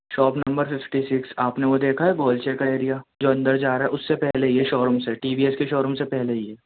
shop number fifty six آپ نے وہ دیکھا ہے گولچے کا ایریا جو اندر جا رہا ہے اُس سے پہلے ہی یہ شوروم سے ٹی وی ایس کی شوروم سے پہلے ہی ہے